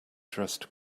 dressed